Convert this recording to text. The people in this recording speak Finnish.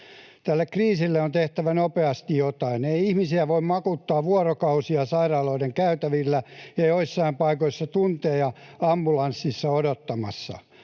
Tälle kriisille on tehtävä nopeasti jotain. Ei ihmisiä voi makuuttaa vuorokausia sairaaloiden käytävillä ja joissain paikoissa tunteja ambulanssissa odottamassa.